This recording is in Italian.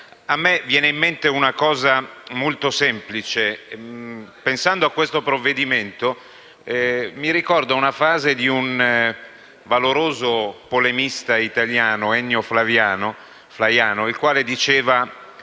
A me viene in mente una cosa molto semplice. Pensando a questo provvedimento, mi ricordo una frase di un valoroso polemista italiano, Ennio Flaiano, il quale si